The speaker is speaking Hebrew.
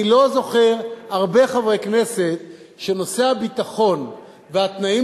אני לא זוכר הרבה חברי כנסת שנושא הביטחון והתנאים